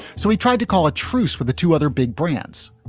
so he tried to call a truce with the two other big brands.